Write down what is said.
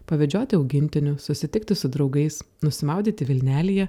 pavedžioti augintinių susitikti su draugais nusimaudyti vilnelėje